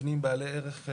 מבנים בעלי ערך,